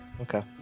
Okay